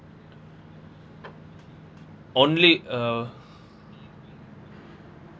only uh